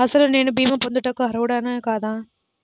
అసలు నేను భీమా పొందుటకు అర్హుడన కాదా?